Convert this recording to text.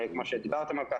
כפי שדיברתם על כך.